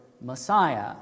Messiah